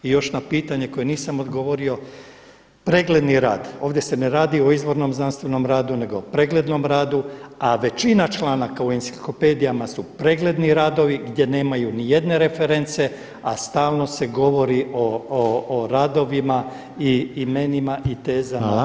I još na pitanje koje nisam odgovorio, pregledni rad ovdje se ne radi o izvornom znanstvenom radu nego o preglednom radu, a većina članaka u enciklopedijama su pregledni radovi gdje nemaju nijedne reference, a stalno se govori o radovima i imenima i tezama